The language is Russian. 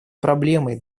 проблемой